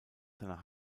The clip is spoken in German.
seiner